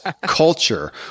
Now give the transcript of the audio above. culture